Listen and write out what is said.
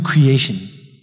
creation